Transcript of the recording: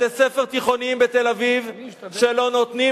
בתי-ספר תיכוניים בתל-אביב שלא נותנים